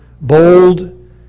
bold